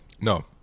no